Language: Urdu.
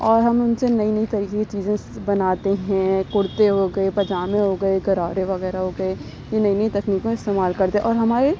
اور ہم ان سے نئی نئی طریقے کی چیزیں بناتے ہیں کرتے ہوگیے پائجامے ہوگیے گرارے وغیرہ ہوگیے نئی نئی تکنیکوں کو استعمال کرکے اور ہمارے